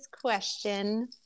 question